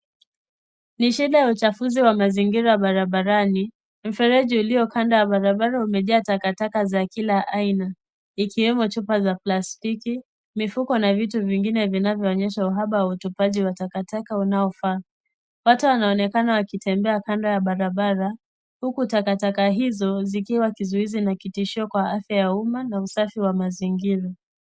Ni shida ya uchafuzi wa mazingira barabarani. Mfereji ulio kando ya barabara umejaa takataka za kila aina ikiwemo chupa za plastiki, mifuko na vitu vingine vinavyoonyesha uhaba wa utupaji wa takataka unaofaa. Watu wanaonekana wakitembea kando ya barabara huku takataka hizo zikiwa kizuizi na kitishio kwa afya ya umma na usafi wa mazingira.